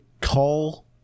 call